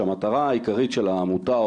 שהמטרה העיקרית של העמותה,